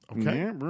Okay